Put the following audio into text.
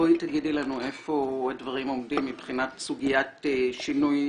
בואי תגידי לנו איפה הדברים עומדים מבחינת סוגיית שינוי